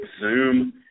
zoom